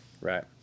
right